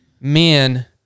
men